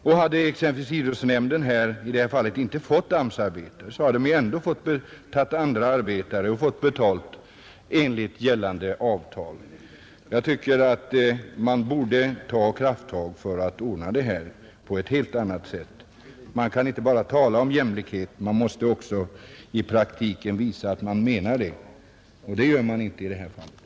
Och hade exempelvis idrottsnämnden i det här fallet inte fått AMS-arbetare, så hade den ju måst ta andra arbetare och betala Jag tycker att man borde ta krafttag för att ordna det här på ett helt Torsdagen den annat sätt. Man kan inte bara tala om jämlikhet — man måste också i 27 maj 1971 praktiken visa att man menar något med det, och det gör man inte i det här fallet. Ang.